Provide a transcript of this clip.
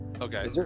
Okay